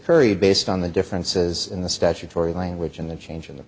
curry based on the differences in the statutory language and the change in the